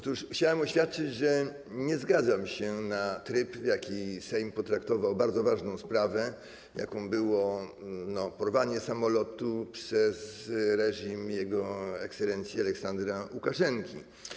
Otóż chciałem oświadczyć, że nie zgadzam się na tryb, w jaki Sejm potraktował bardzo ważną sprawę, jaką było porwanie samolotu przez reżim jego ekscelencji Aleksandra Łukaszenki.